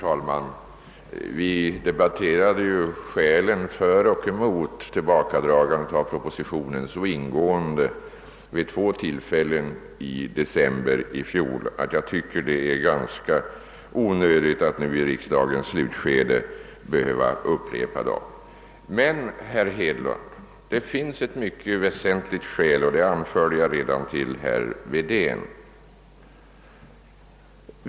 Herr talman! Skälen för och emot tillbakadragandet av propositionen debatterades ju så ingående vid två tillfällen i december i fjol att jag tycker det är ganska onödigt att nu, i riksdagens slutskede, upprepa dem. Men, herr Hedlund, det finns ett mycket väsentligt skäl som jag anförde redan till herr Wedén.